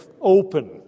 open